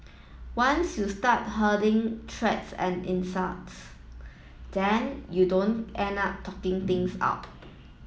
once you start hurting threats and insults then you don't end up talking things out